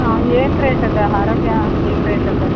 ಹಾಂ ಏನು ರೇಟ್ ಇದೆ ಆರೋಗ್ಯ ಏನು ರೇಟ್ ಇದೆ